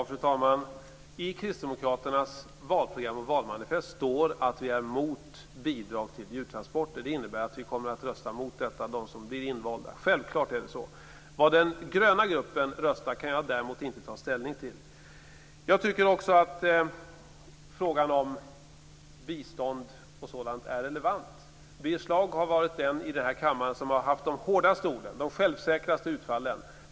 Fru talman! I Kristdemokraternas valprogram och valmanifest står att vi är emot bidrag till djurtransporter. Det innebär att de som blir invalda kommer att rösta mot detta. Det är självklart. Jag kan däremot inte ta ställning till hur den gröna gruppen röstar. Jag tycker också att frågan om bistånd är relevant. Birger Schlaug har varit den här i kammaren som har haft de hårdaste orden och de självsäkraste utfallen om detta.